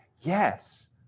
Yes